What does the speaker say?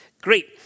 Great